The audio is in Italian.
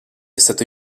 stato